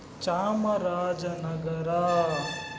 Chamarajanagar